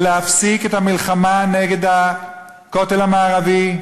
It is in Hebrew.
ולהפסיק את המלחמה נגד הכותל המערבי,